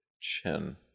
chin